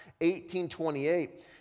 18:28